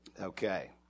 Okay